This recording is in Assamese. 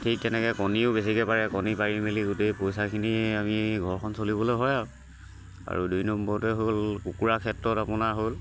ঠিক তেনেকে কণীও বেছিকে পাৰে কণী পাৰি মেলি গোটেই পইচাখিনি আমি ঘৰখন চলিবলৈ হয় আৰু আৰু দুই নম্বৰতে হ'ল কুকুৰাৰ ক্ষেত্ৰত আপোনাৰ হ'ল